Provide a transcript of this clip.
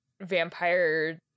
vampire